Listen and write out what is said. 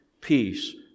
peace